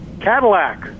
Cadillac